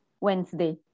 Wednesday